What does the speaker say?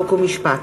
חוק ומשפט.